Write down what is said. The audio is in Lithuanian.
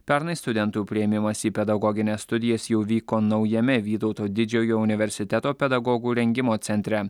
pernai studentų priėmimas į pedagogines studijas jau vyko naujame vytauto didžiojo universiteto pedagogų rengimo centre